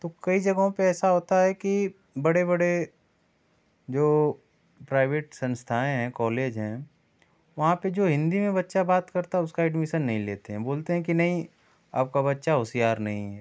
तो कई जगहों पर ऐसा होता है कि बड़े बड़े जो प्राइवेट संस्थाएँ हैं कोलेज हैं वहाँ पर जो हिन्दी में बच्चा बात करता है उसका एडमीसन नहीं लेते हैं बोलते हैं कि नहीं आपका बच्चा होशियार नहीं है